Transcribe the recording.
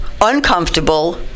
uncomfortable